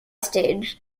stage